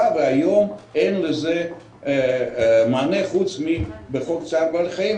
והיום אין לזה מענה חוץ מאשר בחוק צער בעלי חיים,